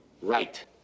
Right